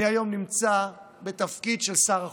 אני היום נמצא בתפקיד של שר החוץ,